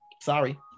Sorry